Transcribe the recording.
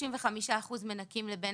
35% מנכים לבן